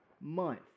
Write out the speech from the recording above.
month